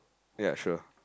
ya sure